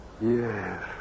Yes